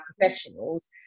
professionals